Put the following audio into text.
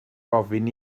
ofyn